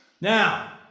now